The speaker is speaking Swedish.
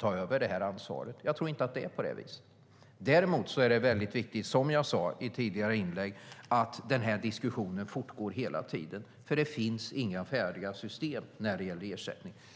ta över ansvaret. Jag tror inte att det är så. Däremot är det viktigt, som jag sade i tidigare inlägg, att diskussionen fortgår hela tiden, för det finns inga färdiga system för ersättning.